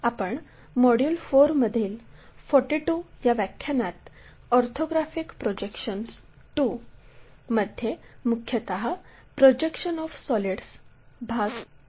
आपण मॉड्यूल 4 मधील 42 व्या व्याख्यानात ऑर्थोग्राफिक प्रोजेक्शन्स II मध्ये मुख्यतः प्रोजेक्शन ऑफ सॉलिड्स I पाहणार आहोत